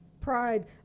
pride